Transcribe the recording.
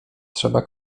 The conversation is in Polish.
trzeba